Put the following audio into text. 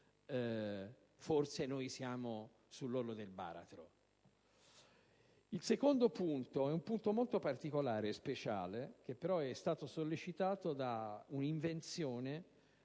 gratis, forse noi siamo sull'orlo del baratro. Il secondo punto del mio intervento è molto particolare e speciale, ed è stato sollecitato da un'invenzione